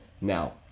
now